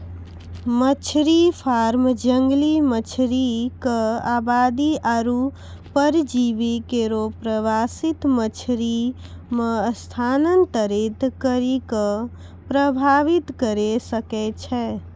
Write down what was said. मछरी फार्म जंगली मछरी क आबादी आरु परजीवी केरो प्रवासित मछरी म स्थानांतरित करि कॅ प्रभावित करे सकै छै